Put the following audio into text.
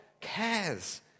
cares